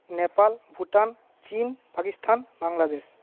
Nepal Bhutan Chin Pakistan Bangladesh